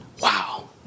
Wow